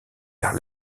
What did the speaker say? vers